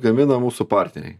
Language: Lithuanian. gamina mūsų partneriai